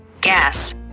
gas